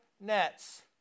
nets